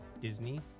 disney